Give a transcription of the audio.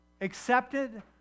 Accepted